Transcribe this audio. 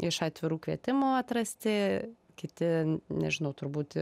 iš atvirų kvietimų atrasti kiti nežinau turbūt